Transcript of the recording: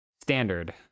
Standard